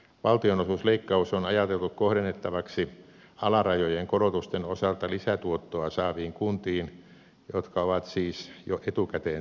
valtionosuusleikkaus on ajateltu kohdennettavaksi alarajojen korotusten osalta lisätuottoa saaviin kuntiin jotka ovat siis jo etukäteen tiedossa